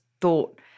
thought